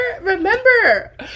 Remember